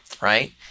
right